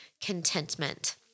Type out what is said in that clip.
contentment